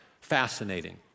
fascinating